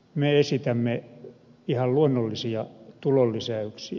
me esitämme ihan luonnollisia tulonlisäyksiä